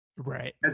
Right